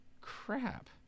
crap